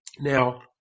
Now